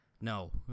No